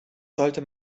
sollte